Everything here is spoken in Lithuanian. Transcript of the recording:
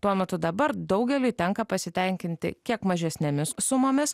tuo metu dabar daugeliui tenka pasitenkinti kiek mažesnėmis sumomis